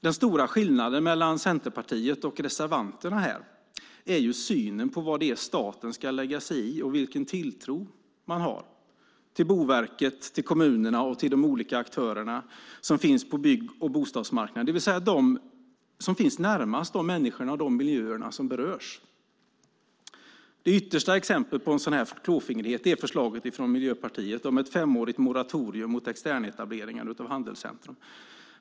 Den stora skillnaden mellan Centerpartiet och reservanterna är synen på vad staten ska lägga sig i och vilken tilltro man har till Boverket, kommunerna och de olika aktörerna på bygg och bostadsmarknaden, det vill säga dem som finns närmast de människor och miljöer som berörs. Det yttersta exemplet på sådan klåfingrighet är förslaget från Miljöpartiet om ett femårigt moratorium mot externetableringar av handelscentrum.